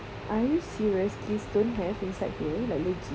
are you serious this don't have inside here like legit